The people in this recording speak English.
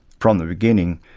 from the beginning,